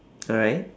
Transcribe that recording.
alright